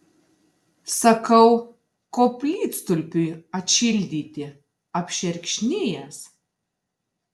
sakau koplytstulpiui atšildyti apšerkšnijęs